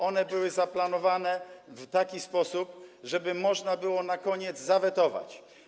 One były zaplanowane w taki sposób, żeby można było na koniec zawetować.